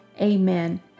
amen